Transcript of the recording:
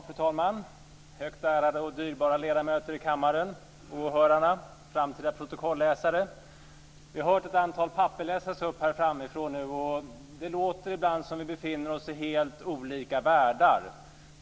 Fru talman! Högt ärade och dyrbara ledamöter i kammaren! Åhörare! Framtida protokolläsare! Vi har hört ett antal papper läsas upp här framifrån nu. Det låter ibland som om vi befinner oss i helt olika världar.